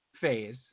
phase